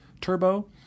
turbo